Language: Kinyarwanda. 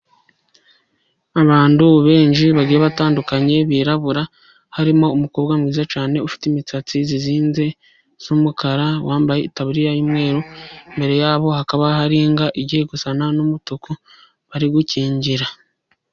Abantu benshi bagiye batandukanye birabura harimo umukobwa mwiza cyane ufite imisatsi izinze y'umukara, wambaye itaburiya y'umweru, imbere yabo hakaba hari imbwa igiye gusa n'umutuku bari gukingira.